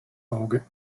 auge